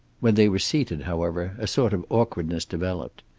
when they were seated, however, a sort of awkwardness developed.